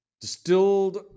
Distilled